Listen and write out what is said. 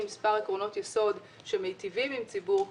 מספר עקרונות יסוד שמיטיבים עם ציבור,